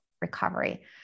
recovery